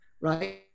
right